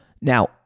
Now